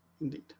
Indeed